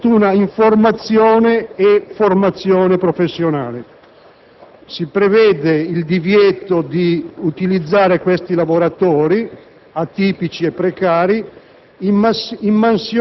Io non parteciperò al voto sull'emendamento 1.0.204, seppur è un emendamento presentato da me, perché voterei a favore e quindi